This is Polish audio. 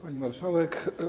Pani Marszałek!